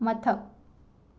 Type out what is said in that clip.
ꯃꯊꯛ